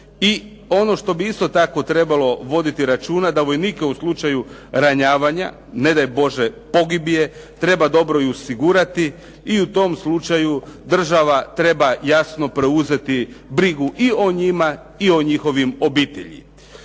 I ono što bi isto tako trebalo voditi računa da vojnike u slučaju ranjavanja, ne daj Bože pogibije, treba dobro i osigurati i u tom slučaju država treba jasno preuzeti brigu i o njima i o njihovim obiteljima.